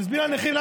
שתסביר לנכים,